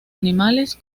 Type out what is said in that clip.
animales